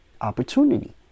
opportunity